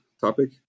topic